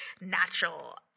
natural